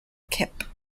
kip